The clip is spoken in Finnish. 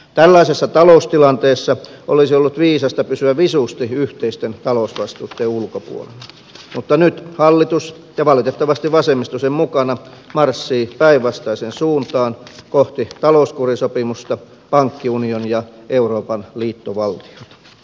tällaisessa taloustilanteessa olisi ollut viisasta pysyä visusti yhteisten talousvastuitten ulkopuolella mutta nyt hallitus ja valitettavasti vasemmisto sen mukana marssii päinvastaiseen suuntaan kohti talouskurisopimusta pankkiunionia ja euroopan liittovaltiota